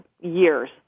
years